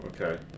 okay